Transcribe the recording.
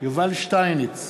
יובל שטייניץ,